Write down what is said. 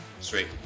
straight